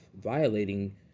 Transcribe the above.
Violating